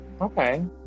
Okay